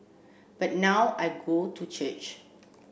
but now I go to church